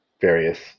various